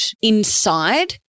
inside